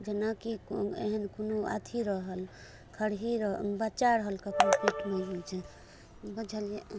जेना कि एहन कोनो अथि रहल खरही रहल बच्चा रहल तऽ पेटमे बुझलिययै